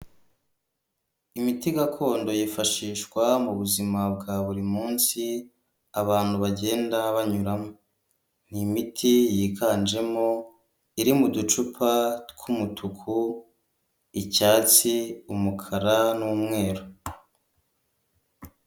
Imiti gakondo yifashishwa mu buzima bwa buri munsi abantu bagenda banyuramo, ni imiti yiganjemo iri mu ducupa tw'umutuku, icyatsi, umukara n'umweru.